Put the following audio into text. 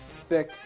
thick